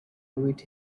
await